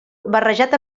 barrejat